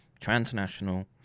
transnational